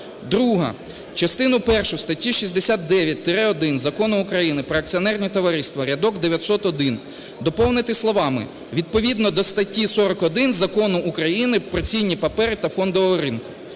Друге. Частину першу статті 69-1 Закону України "Про акціонерні товариства" рядок 901 доповнити словами "відповідно до статті 41 Закону України "Про цінні папери та Фондовий ринок".